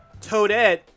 Toadette